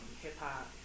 hip-hop